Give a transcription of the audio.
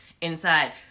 inside